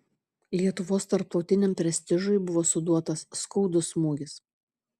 lietuvos tarptautiniam prestižui buvo suduotas skaudus smūgis